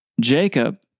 Jacob